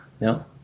no